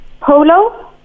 Polo